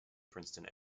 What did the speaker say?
princeton